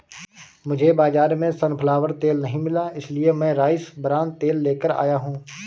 मुझे बाजार में सनफ्लावर तेल नहीं मिला इसलिए मैं राइस ब्रान तेल लेकर आया हूं